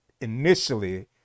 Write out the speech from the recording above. initially